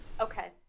Okay